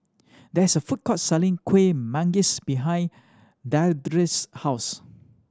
there is a food court selling Kuih Manggis behind Deirdre's house